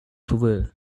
blue